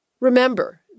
remember